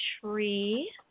Tree